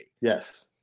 Yes